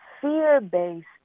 fear-based